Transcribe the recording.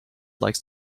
likes